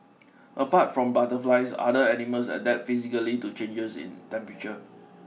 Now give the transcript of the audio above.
apart from butterflies other animals adapt physically to changes in temperature